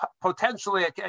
potentially